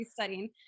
studying